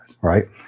right